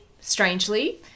strangely